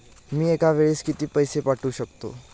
मी एका वेळेस किती पैसे पाठवू शकतो?